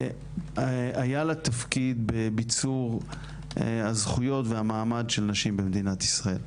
היה לה תפקיד בביצור הזכויות והמעמד של נשים במדינת ישראל.